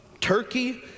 Turkey